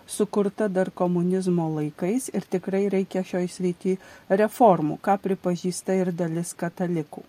sukurta dar komunizmo laikais ir tikrai reikia šioj srity reformų ką pripažįsta ir dalis katalikų